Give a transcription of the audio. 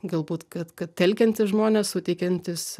galbūt kad kad telkiantys žmonės suteikiantys